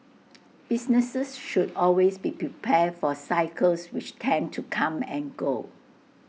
businesses should always be prepared for cycles which tend to come and go